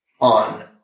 on